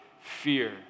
fear